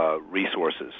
resources